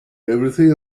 everything